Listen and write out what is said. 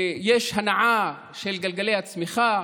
תהיה הנעה של גלגלי הצמיחה,